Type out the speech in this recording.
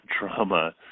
trauma